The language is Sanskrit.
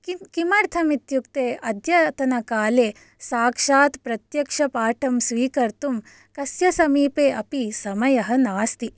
किमर्थम् इत्युक्ते अद्यतन काले साक्षात् प्रत्यक्षपाठं स्वीकर्तुं कस्य समीपे अपि समयः नास्ति